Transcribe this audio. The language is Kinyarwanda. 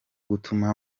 gutuma